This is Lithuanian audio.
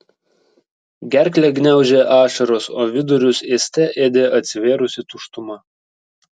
gerklę gniaužė ašaros o vidurius ėste ėdė atsivėrusi tuštuma